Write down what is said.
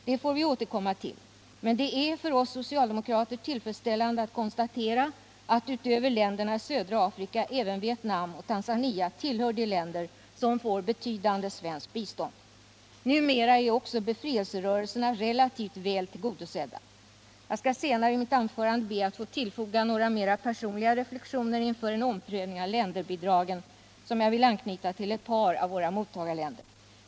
Det får vi återkomma till, men det är för oss socialdemokrater tillfredsställande att konstatera att utöver länderna i södra Afrika även Vietnam och Tanzania tillhör de länder som får betydande svenskt bistånd. Numera är också befrielserörelserna relativt väl tillgodosedda. Jag skall senare i mitt anförande be att få tillfoga några mera personliga reflexioner inför en omprövning av länderbidragen, som jag vill anknyta till ett par av våra mottagarländer.